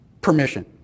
permission